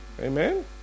Amen